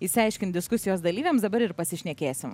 išsiaiškint diskusijos dalyviams dabar ir pasišnekėsim